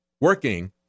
working